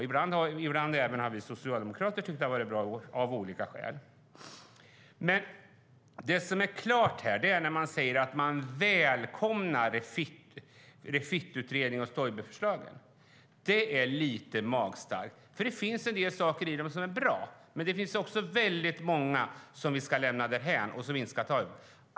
Ibland har även vi socialdemokrater tyckt att det har varit bra av olika skäl. Det som är klart är att man säger att man välkomnar Refit-utredningen och Stoiberförslagen. Det är lite magstarkt. Det finns en del saker i dem som är bra, men det finns också väldigt många som vi ska lämna därhän.